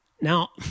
Now